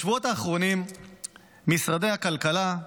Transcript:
בשבועות האחרונים משרדי הכלכלה,